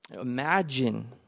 Imagine